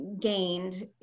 gained